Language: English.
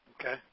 Okay